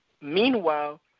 meanwhile